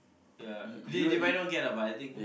ya they might not get lah but I think